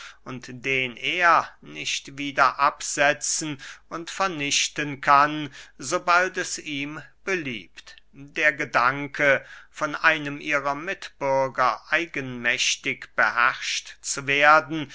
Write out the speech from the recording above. und den er nicht wieder absetzen und vernichten kann so bald es ihm beliebt der gedanke von einem ihrer mitbürger eigenmächtig beherrscht zu werden